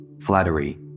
flattery